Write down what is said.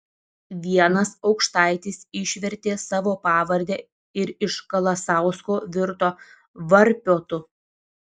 vienas aukštaitis išvertė savo pavardę ir iš kalasausko virto varpiotu